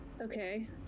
Okay